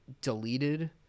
deleted